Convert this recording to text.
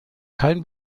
kein